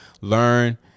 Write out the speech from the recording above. Learn